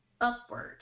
upward